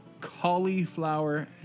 cauliflower